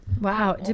Wow